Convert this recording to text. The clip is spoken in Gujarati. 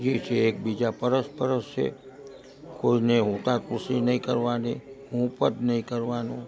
જી છે એક બીજા અરસપરસ છે કોઈએ હુંસાતુસી નહીં કરવાની હું પદ નહીં કરવાનું